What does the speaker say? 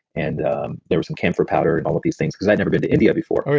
and there was some camphor powder and all of these things. because i'd never been to india before.